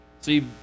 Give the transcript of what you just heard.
see